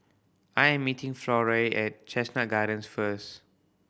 I am meeting Florie at Chestnut Gardens first